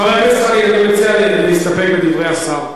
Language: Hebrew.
חבר הכנסת חנין, אני מציע להסתפק בדברי השר.